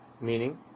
meaning